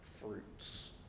fruits